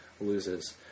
loses